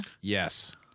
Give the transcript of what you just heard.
Yes